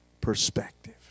Perspective